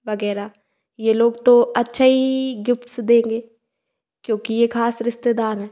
वगैरह यह लोग तो अच्छा ही गिफ्ट्स देंगे क्योंकि ये खास रिश्तेदार हैं